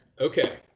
Okay